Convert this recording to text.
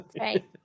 Right